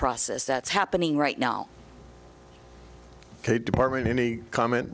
process that's happening right now the department any comment